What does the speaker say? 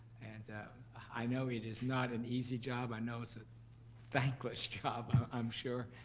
and i know it is not an easy job. i know it's a thankless job, i'm sure,